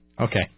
Okay